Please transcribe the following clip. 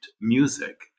music